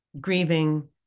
Grieving